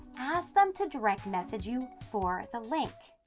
ask them to direct message you for the link.